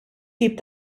tip